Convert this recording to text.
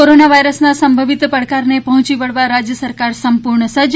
corona વાઇરસના સંભવિત પડકારને પહોંચી વળવા રાજ્ય સરકાર સંપૂર્ણ સજ્જ